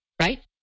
right